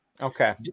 Okay